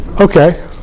Okay